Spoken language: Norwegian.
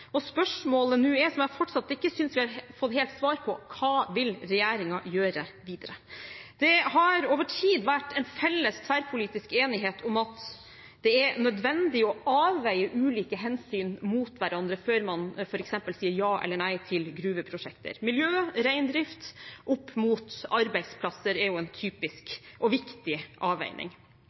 Og spørsmålet nå, som jeg fortsatt ikke synes jeg har fått helt svar på, er: Hva vil regjeringen gjøre videre? Det har over tid vært en felles tverrpolitisk enighet om at det er nødvendig å avveie ulike hensyn mot hverandre før man f.eks. sier ja eller nei til gruveprosjekter. Miljø og reindrift opp mot arbeidsplasser er en typisk og viktig avveining.